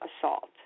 assault